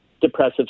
depressive